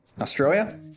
Australia